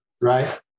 right